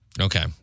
okay